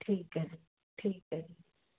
ਠੀਕ ਹੈ ਠੀਕ ਹੈ